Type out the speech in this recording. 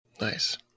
Nice